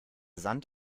sand